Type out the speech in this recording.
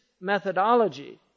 methodology